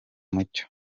mucyo